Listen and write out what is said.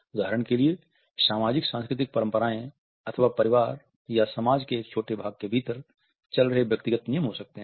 उदाहरण के लिए सामाजिक सांस्कृतिक परम्पराए अथवा परिवार या समाज के एक छोटे भाग के भीतर चल रहे व्यक्तिगत नियम हो सकते हैं